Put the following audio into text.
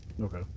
Okay